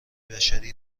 بشری